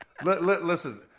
Listen